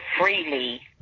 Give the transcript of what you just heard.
freely